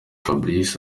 fabrice